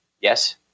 Yes